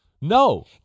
No